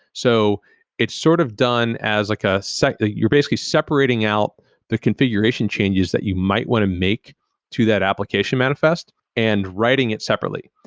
so it's sort of done as like ah so like a you're basically separating out the configuration changes that you might want to make to that application manifest and writing it separately.